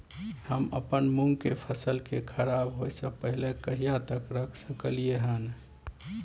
हम अपन मूंग के फसल के खराब होय स पहिले कहिया तक रख सकलिए हन?